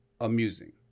amusing